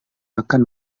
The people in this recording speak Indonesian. akan